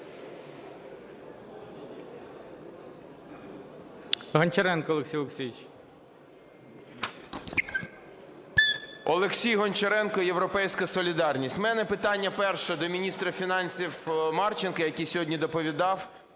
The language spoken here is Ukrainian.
Олексій Гончаренко, "Європейська солідарність". У мене питання перше до міністра фінансів Марченка, який сьогодні доповідав.